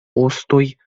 ostoj